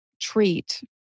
treat